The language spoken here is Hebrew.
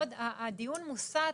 הדיון מוסט.